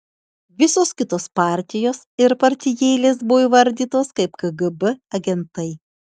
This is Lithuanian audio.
visos kitos partijos ir partijėlės buvo įvardytos kaip kgb agentai